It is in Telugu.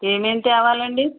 ఏమేమి తేవాలండి